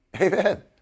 Amen